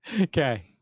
Okay